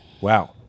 Wow